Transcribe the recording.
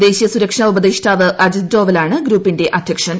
ദേശീയ സുരക്ഷാ ഉപദേഷ്ടാവ് അജിത് ദോവലാണ് ഗ്രൂപ്പിന്റെ അധ്യക്ഷൻ